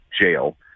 jail